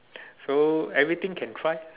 so everything can try